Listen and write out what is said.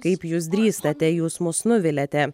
kaip jūs drįstate jūs mus nuviliate